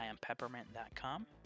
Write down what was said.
IamPeppermint.com